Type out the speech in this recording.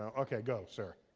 um okay, go, sir.